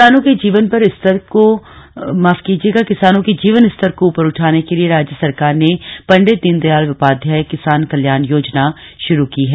किसान ऋण किसानों के जीवन स्तर को ऊपर उठाने के लिए राज्य सरकार ने पंडित दीनदयाल उपाध्याय किसान कल्याण योजना शुरू की है